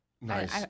Nice